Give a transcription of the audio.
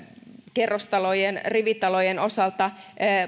rivitalojen osalta